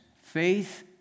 Faith